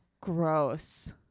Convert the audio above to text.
Gross